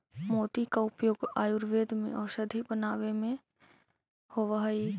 मोती का उपयोग आयुर्वेद में औषधि बनावे में होवअ हई